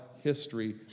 history